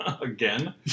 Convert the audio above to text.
Again